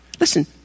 Listen